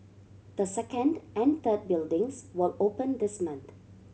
the second and third buildings will open this month